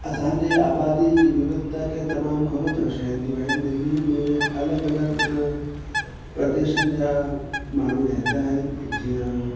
असांजे आबादीअ जी विविधता खे तमामु घणो दरशाईंदियूं आहिनि दिल्लीअ में अलॻि अलॻि परदेशनि जा माण्हू रहंदा आहिनि जीअं